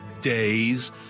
days